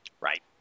Right